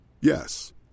Yes